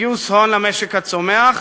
גיוס הון למשק הצומח,